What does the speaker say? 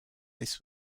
this